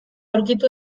aurkitu